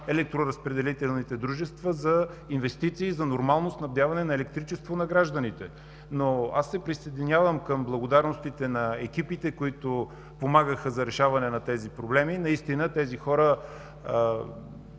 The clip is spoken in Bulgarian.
електроразпределителните дружества за инвестиции и за нормално снабдяване на електричество на гражданите. Аз се присъединявам към благодарностите на екипите, които помагаха за решаване на тези проблеми. Тези хора